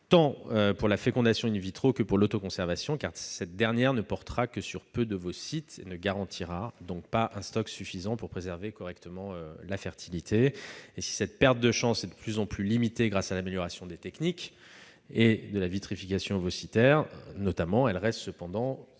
tant de la fécondation que de l'autoconservation. Cette dernière, en effet, ne portera que sur peu d'ovocytes et ne garantira donc pas un stock suffisant pour préserver correctement la fertilité. Si cette perte de chances est de plus en plus limitée grâce à l'amélioration des techniques et à la vitrification ovocytaire, notamment, elle reste cependant